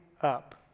up